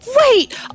Wait